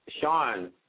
Sean